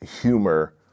humor